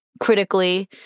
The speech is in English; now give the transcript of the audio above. critically